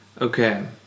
Okay